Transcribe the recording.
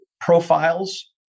profiles